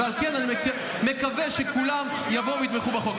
ועל כן אני מקווה שכולם יבואו ויתמכו בחוק.